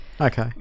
Okay